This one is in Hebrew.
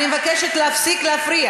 ממה אתם מפחדים?